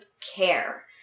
care